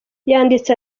yanditse